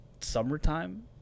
summertime